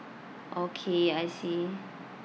okay I see